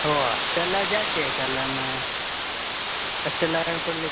ಓ ಅಷ್ಟೆಲ್ಲ ಜಾಸ್ತಿ ಆಯ್ತು ಅಲ್ಲಮ್ಮ ಅಷ್ಟೆಲ್ಲ ಕೊಡ್ಲಿಕ್ಕೆ